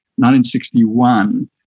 1961